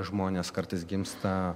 žmonės kartais gimsta